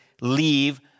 leave